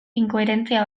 inkoherentzia